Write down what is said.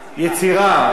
הכול נהיה אמנות.